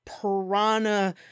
piranha